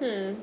hmm